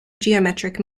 geometric